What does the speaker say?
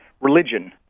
Religion